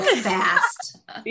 fast